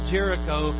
Jericho